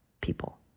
people